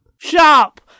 Shop